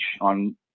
on